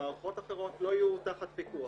במערכות אחרות לא יהיו תחת פיקוח.